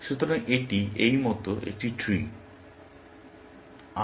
সুতরাং এটি এই মত একটি ট্রি